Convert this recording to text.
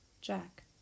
Jack